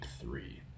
three